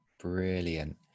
Brilliant